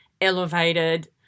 elevated